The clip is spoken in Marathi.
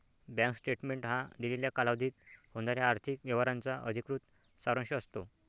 बँक स्टेटमेंट हा दिलेल्या कालावधीत होणाऱ्या आर्थिक व्यवहारांचा अधिकृत सारांश असतो